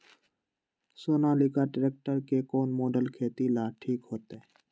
Sonalika tractor के कौन model खेती ला ठीक होतै?